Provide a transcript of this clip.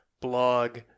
blog